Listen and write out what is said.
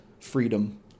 freedom